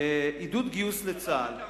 אל תקנטר.